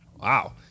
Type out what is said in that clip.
Wow